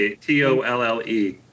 T-O-L-L-E